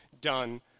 done